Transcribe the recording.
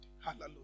Hallelujah